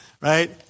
right